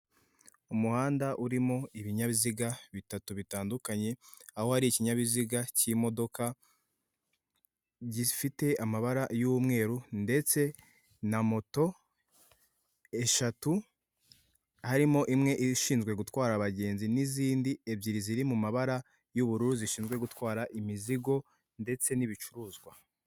Umuhanda urimo ibinyabiziga bitatu bitandukanye, aho hari ikinyabiziga cy'imodoka gifite amabara y'umweru ndetse na moto eshatu, harimo imwe ibishinzwe gutwara abagenzi n'izindi ebyiri ziri mu mabara y'ubururu zishinzwe gutwara imizigo ndetse n'ibicuruzwa.